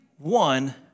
one